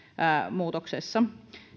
muutoksessa